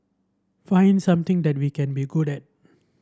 find something that we can be good at